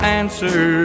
answer